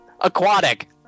Aquatic